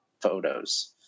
photos